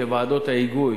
שוועדות ההיגוי